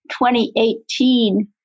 2018